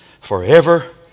forever